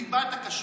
ליבת הכשרות.